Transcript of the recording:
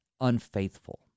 unfaithful